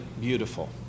beautiful